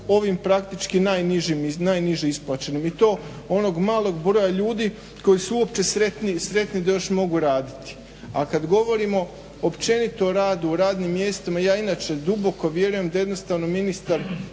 ovim praktički najnižim isplaćenim i to onog malog broja ljudi koji su uopće sretni da još mogu raditi. a kada govorimo o općenito o radu o radnim mjestima, ja inače duboko vjerujem da jednostavno ministar